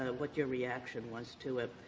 what your reaction was to it.